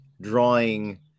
drawing